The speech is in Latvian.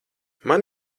man